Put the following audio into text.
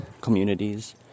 communities